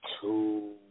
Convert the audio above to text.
two